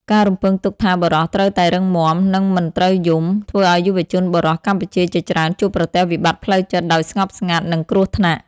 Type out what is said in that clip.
ការរំពឹងទុកថាបុរសត្រូវតែរឹងមាំ និងមិនត្រូវយំ ធ្វើឱ្យយុវជនបុរសកម្ពុជាជាច្រើនជួបប្រទះវិបត្តិផ្លូវចិត្តដោយស្ងប់ស្ងាត់ និងគ្រោះថ្នាក់។